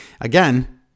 Again